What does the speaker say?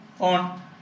on